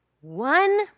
one